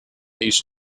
east